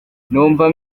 numva